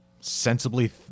sensibly